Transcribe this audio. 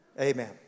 Amen